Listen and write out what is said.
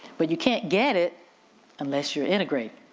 but you can't get it unless you're integrate.